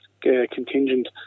contingent